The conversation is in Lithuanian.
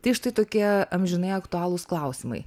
tai štai tokie amžinai aktualūs klausimai